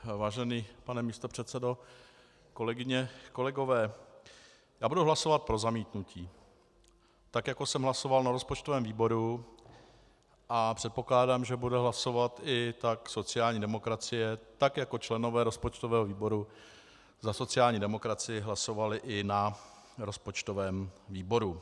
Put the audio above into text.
Vážený pane místopředsedo, kolegyně a kolegové, já budu hlasovat pro zamítnutí, tak jako jsem hlasoval na rozpočtovém výboru, a předpokládám, že tak bude hlasovat i sociální demokracie, tak jako členové rozpočtového výboru za sociální demokracii hlasovali i na rozpočtovém výboru.